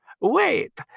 Wait